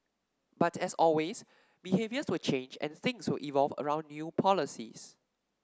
but as always behaviours will change and things will evolve around new policies